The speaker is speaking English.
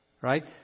right